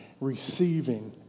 receiving